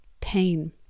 pain